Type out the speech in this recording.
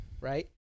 right